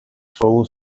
full